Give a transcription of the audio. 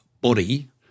body